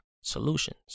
solutions